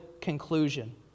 conclusion